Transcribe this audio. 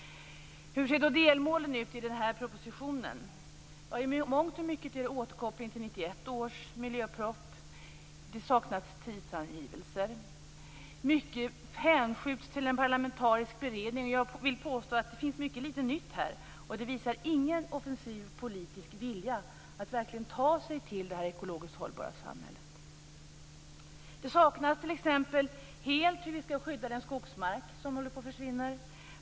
Hur ser då delmålen ut i propositionen? I mångt och mycket är det en återkoppling till 1991 års miljöproposition. Det saknas tidsangivelser. Mycket hänskjuts till en parlamentarisk beredning. Jag vill påstå att det finns mycket litet som är nytt här. Det visas ingen offensiv politisk vilja att verkligen ta sig till det ekologiskt hållbara samhället. Här saknas t.ex. helt förslag till hur den skogsmark som håller på att försvinna skall skyddas.